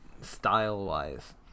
style-wise